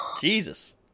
Jesus